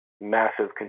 massive